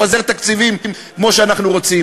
גם אם לפעמים זה מאוד נוח,